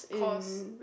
course